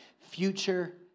future